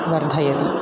वर्धयति